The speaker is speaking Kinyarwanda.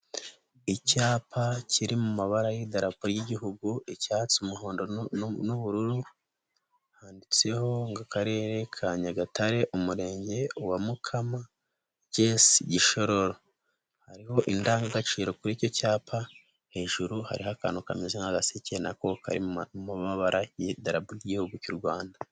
Icyapa kiri mu mabara y'idarapo y'igihugu icyatsi, umuhondo n'ubururu handitseho ngo akarere ka Nyagatare umurenge wa Mukama G.S Gishororo, hariho indangagaciro kuri icyo cyapa hejuru hariho akantu kameze nk'agaseke nako kari mu mabara y'igihugu cy'u Rwanda.